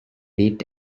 lit